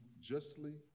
justly